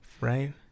Right